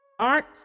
Art